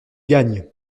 gagne